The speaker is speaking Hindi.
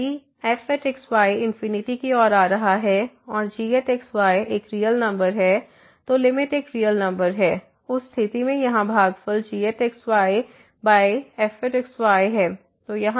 अब यदि fx yइनफिनिटी की ओर आ रहा है और gx y एक रियल नंबर है तो लिमिट एक रियल नंबर है उस स्थिति में यहाँ भागफल gx y fx y है